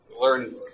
Learn